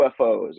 UFOs